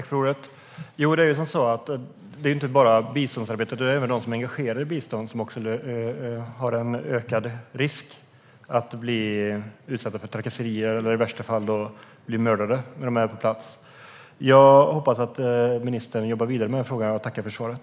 Fru talman! Inte bara biståndsarbetare utan även de som är engagerade i bistånd löper ökad risk att utsättas för trakasserier eller i värsta fall bli mördade när de är på plats. Jag hoppas att ministern jobbar vidare med frågan och tackar för svaret!